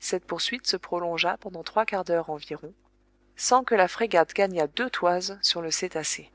cette poursuite se prolongea pendant trois quarts d'heure environ sans que la frégate gagnât deux toises sur le cétacé